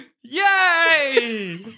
Yay